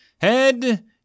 Head